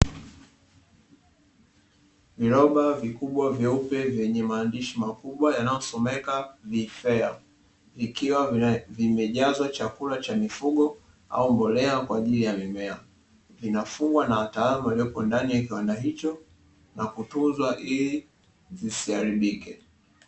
Viroba vikubwa nyeupe vyenye maandishi makubwa yanayasomekayo vifea, vikiwa vimejazwa chakula cha mifugo au mbolea kwa ajili ya mimea, vinafungwa na wataalamu waliopo ndani ya kiwanda hicho na kutunzwa ili zisiharibike.